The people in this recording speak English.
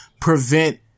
prevent